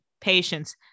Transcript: patience